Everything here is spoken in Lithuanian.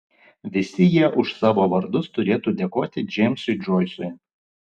visi jie už savo vardus turėtų dėkoti džeimsui džoisui